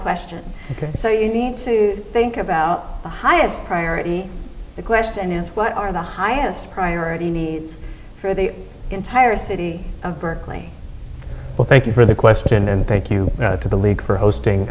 question so you need to think about the highest priority the question is what are the highest priority needs for the entire city of berkeley well thank you for that question and thank you to the league for